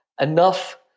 enough